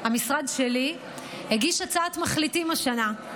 המשרד שלי הגיש הצעת מחליטים השנה,